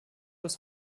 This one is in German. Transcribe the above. bis